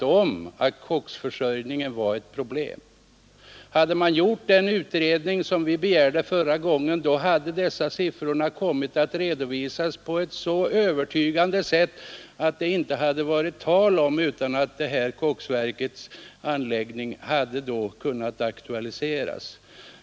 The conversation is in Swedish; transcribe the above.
a med ett enda ord hade talat om att koksför: Hade man gjort den utredning som vi begärde förra gången hade d siffror redovisats så övertygande att det inte hade varit tal om annat än att anläggningen av koksverket hade aktualiserats.